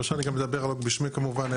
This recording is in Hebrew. אני מדבר לא רק בשמי כמובן,